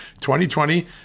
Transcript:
2020